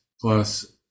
plus